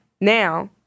now